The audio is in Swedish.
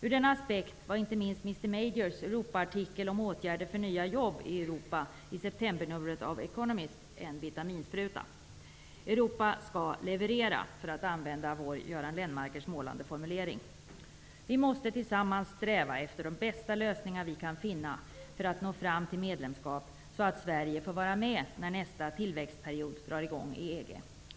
Ur denna aspekt var inte minst Mr Majors europaartikel om åtgärder för nya jobb i Europa i septembernumret av Economist en vitaminspruta. Europa skall leverera, för att använda Göran Lennmarkers målande formulering. Vi måste tillsammans sträva efter de bästa lösningar vi kan finna för att nå fram till medlemskap så att Sverige får vara med när nästa tillväxtperiod drar i gång i EG.